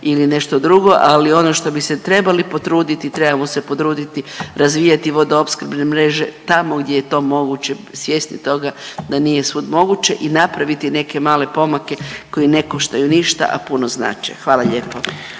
ili nešto drugo, ali ono što bi se trebali potruditi trebamo se potruditi razvijati vodoopskrbne mreže tamo gdje je to moguće, svjesni toga da nije svud moguće i napraviti neke male pomake koji ne koštaju ništa, a puno znače, hvala lijepo.